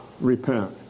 repent